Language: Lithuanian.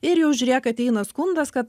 ir jau žiūrėk ateina skundas kad